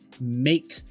make